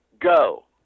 Go